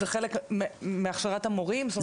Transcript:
זה חלק מהכשרת המורים?